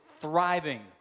thriving